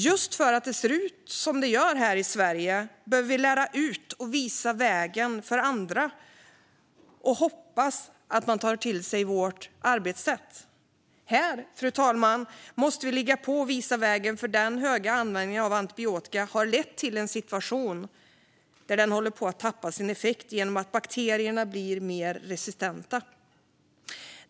Just för att det ser ut som det gör här i Sverige behöver vi lära ut och visa vägen för andra och hoppas att de tar till sig vårt arbetssätt. Här, fru talman, måste vi ligga på och visa vägen, för den stora användningen av antibiotika har lett till en situation där antibiotikan håller på att tappa sin effekt genom att bakterierna blir mer resistenta.